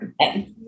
Okay